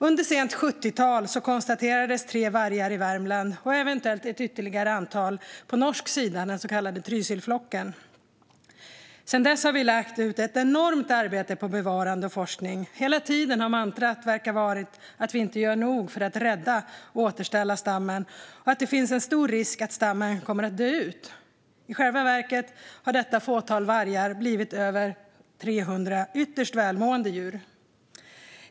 Under sent 70tal konstaterades tre vargar i Värmland och eventuellt ett ytterligare antal på norsk sida, den så kallade Trysilflocken. Sedan dess har ett enormt arbete lagts på bevarande och forskning. Hela tiden tycks mantrat ha varit att vi inte gör nog för att rädda och återställa stammen och att det finns en stor risk att stammen kommer att dö ut. Men i själva verket har detta fåtal vargar blivit över 300 ytterst välmående djur.